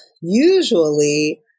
usually